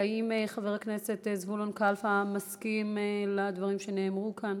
האם חבר הכנסת זבולון כלפה מסכים לדברים שנאמרו כאן?